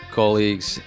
colleagues